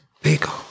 big